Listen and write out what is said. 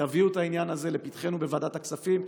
תביאו את העניין הזה לפתחנו בוועדת הכספים.